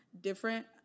different